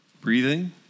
breathing